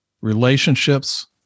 relationships